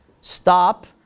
stop